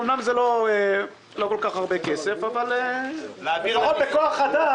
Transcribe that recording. אמנם זה לא כל כך הרבה כסף אבל לפחות בכוח אדם,